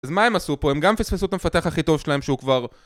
אז מה הם עשו פה? הם גם פספסו את המפתח הכי טוב שלהם שהוא כבר...